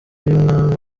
y’umwami